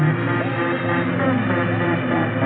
the